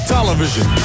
Television